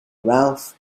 ralph